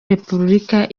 repubulika